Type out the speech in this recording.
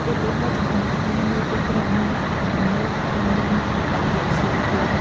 ឧបករណ៍ចម្អិនអាហារនៅទីក្រុងមានលក្ខណៈទំនើប និងមានបច្ចេកវិទ្យាខ្ពស់។